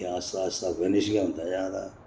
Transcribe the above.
आस्ता आस्ता फिनिश गै होंदा जा दा